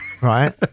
Right